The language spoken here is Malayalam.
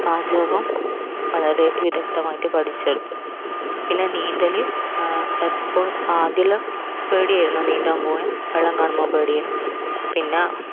പാചകം വളരെ വിദഗ്ധമായിട്ട് പഠിച്ചെടുത്ത് പിന്നെ നീന്തൽ എപ്പോൾ ആദ്യമെല്ലാം പേടിയായിരുന്നു നീന്താൻ പോകാൻ വെള്ളം കാണുമ്പോൾ പേടിയേനു പിന്നെ